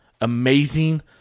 amazing